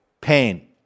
pain